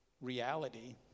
reality